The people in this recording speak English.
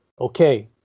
okay